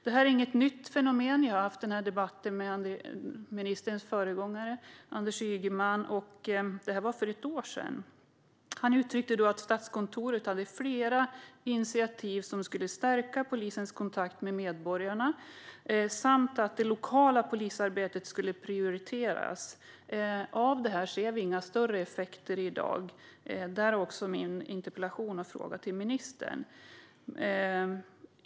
Det här är inget nytt fenomen. Jag hade den här debatten med ministerns föregångare Anders Ygeman för ett år sedan. Han uttryckte då att Statskontoret hade flera initiativ som skulle stärka polisens kontakt med medborgarna samt att det lokala polisarbetet skulle prioriteras. Av det ser vi inga större effekter i dag. Därav min interpellation och fråga till ministern.